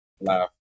Laugh